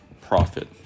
Profit